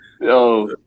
Yo